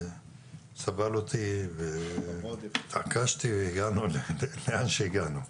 סבל אותי, התעקשתי והגענו לאן שהגענו.